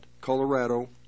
Colorado